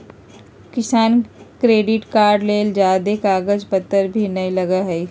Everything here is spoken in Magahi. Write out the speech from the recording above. किसान क्रेडिट कार्ड ले ज्यादे कागज पतर भी नय लगय हय